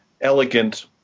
elegant